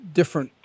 different